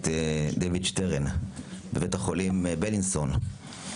את דיוויד שטרן בבית החולים בילינסון.